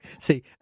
See